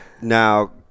Now